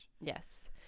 Yes